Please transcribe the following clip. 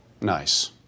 Nice